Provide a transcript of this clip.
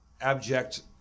abject